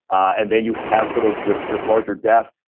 and then you have sort of this this larger death.